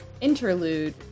interlude